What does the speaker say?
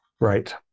Right